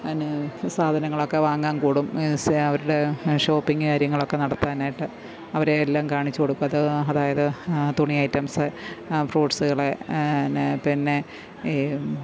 പിന്നെ സാധനങ്ങളൊക്കെ വാങ്ങാൻ കൂടും സി അവരുടെ ഷോപ്പിംഗ് കാര്യങ്ങളൊക്കെ നടത്താനായിട്ട് അവരെ എല്ലാം കാണിച്ച് കൊടുക്കും അത് അതായത് തുണി ഐറ്റംസ് ഫ്രൂട്സുകള് ന്നെ പിന്നെ ഈ